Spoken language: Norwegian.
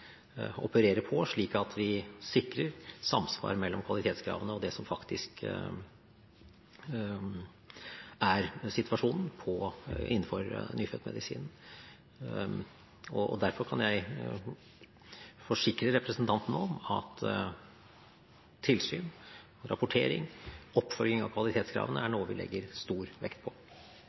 på, slik at vi sikrer samsvar mellom kvalitetskravene og det som faktisk er situasjonen innenfor nyfødtmedisinen. Derfor kan jeg forsikre representanten om at tilsyn, rapportering og oppfølging av kvalitetskravene er noe vi legger stor vekt på.